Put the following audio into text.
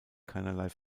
keinerlei